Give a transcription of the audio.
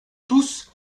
tous